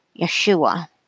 Yeshua